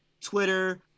twitter